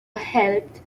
helped